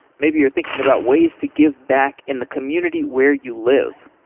maybe you're thinking about ways to give back in the community where you live.